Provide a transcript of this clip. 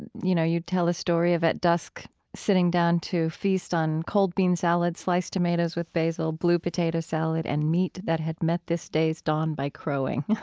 and you know, you tell a story of at dusk sitting down to feast on cold bean salad, sliced tomatoes with basil, blue potato salad, and meat that had met this day's dawn by crowing.